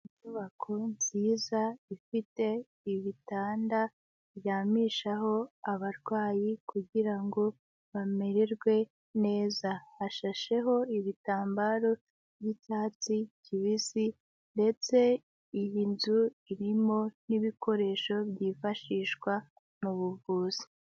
Inyubako nziza ifite ibitanda baryamishaho abarwayi kugira ngo bamererwe neza, hashasheho ibitambaro by'icyatsi kibisi ndetse iyi nzu irimo n'ibikoresho byifashishwa mu buvuzi.